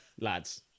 lads